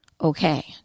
okay